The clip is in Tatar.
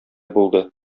булды